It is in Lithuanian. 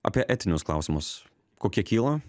apie etinius klausimus kokie kyla